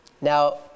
Now